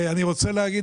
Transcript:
אני רוצה להגיד,